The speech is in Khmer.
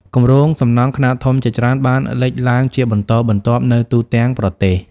គម្រោងសំណង់ខ្នាតធំជាច្រើនបានលេចឡើងជាបន្តបន្ទាប់នៅទូទាំងប្រទេស។